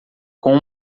com